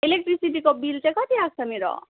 इलेक्ट्रिसिटीको bill चाहिँ कति आएको छ मेरो